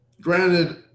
granted